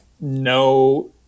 no